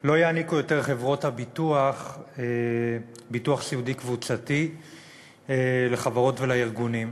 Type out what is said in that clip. לא יעניקו יותר חברות הביטוח ביטוח סיעודי קבוצתי לחברות ולארגונים.